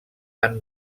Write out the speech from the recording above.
han